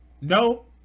No